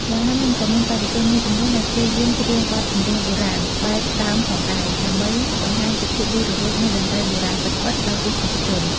យ៉ាងណាមិញ ក៏មានបេក្ខជនមួយចំនួនដែលព្យាយាមច្រៀងបទចម្រៀងបុរាណបែបដើមផងដែរ ដើម្បីបង្ហាញពីភាពរស់រវើកនៃតន្ត្រីបុរាណពិតៗ ដល់ទស្សនិកជន។